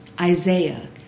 Isaiah